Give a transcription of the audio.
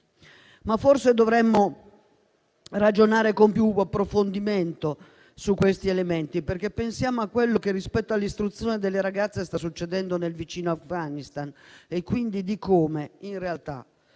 Forse dovremmo ragionare con più approfondimento su questi elementi, perché pensiamo a quello che, rispetto all'istruzione delle ragazze, sta succedendo nel vicino Afghanistan, e quindi di come in realtà